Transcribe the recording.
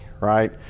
right